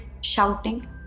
shouting